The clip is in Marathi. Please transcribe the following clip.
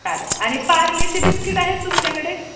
चालेल आणि पार्लेचे बिस्किट आहेत तुमच्याकडे